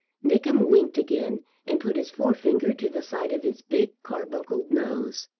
nickem winked again and put his fore-finger to the side of his big carbuncled nose.